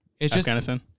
Afghanistan